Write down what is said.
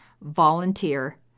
volunteer